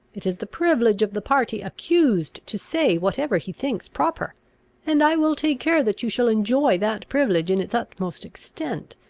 it is the privilege of the party accused to say whatever he thinks proper and i will take care that you shall enjoy that privilege in its utmost extent.